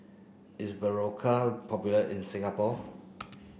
is Berocca popular in Singapore